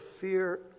fear